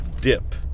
dip